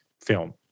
film